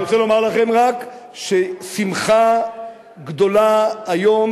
אני רוצה לומר לכם רק ששמחה גדולה היום